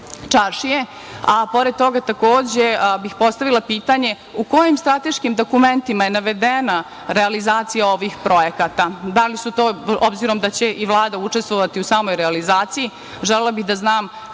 čaršije? Pored toga bih postavila pitanje – u kojim strateškim dokumentima navedena realizacija ovih projekata, obzirom da će i Vlada učestvovati u samoj realizaciji, želela bih da znam